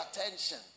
attention